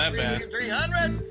um and three hundred.